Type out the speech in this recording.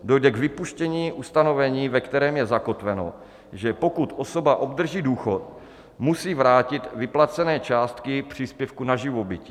Dojde k vypuštění ustanovení, ve kterém je zakotveno, že pokud osoba obdrží důchod, musí vrátit vyplacené částky příspěvku na živobytí.